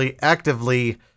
actively